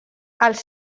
els